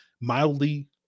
mildly